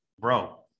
bro